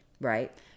Right